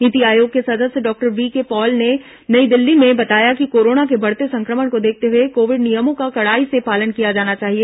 नीति आयोग के सदस्य डॉक्टर वीके पॉल ने नई दिल्ली में बताया कि कोरोना के बढते संक्रमण को देखते हए कोविड नियमों का कड़ाई से पालन किया जाना चाहिए